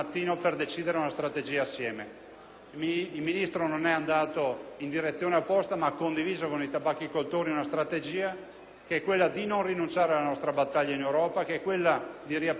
Il Ministro non è andato in direzione opposta, ma ha condiviso con i tabacchicoltori una strategia che è quella di non rinunciare alla nostra battaglia in Europa, che è quella di riaprire la battaglia da subito (inizieremo già